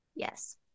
Yes